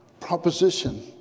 proposition